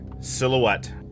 silhouette